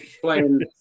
playing